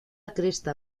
cresta